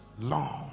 long